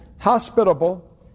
hospitable